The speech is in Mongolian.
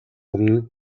өмнө